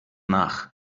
nach